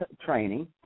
training